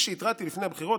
כפי שהתרעתי לפני הבחירות,